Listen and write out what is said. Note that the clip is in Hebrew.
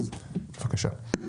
אז בבקשה.